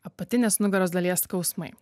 apatinės nugaros dalies skausmai